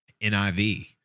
NIV